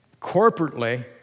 corporately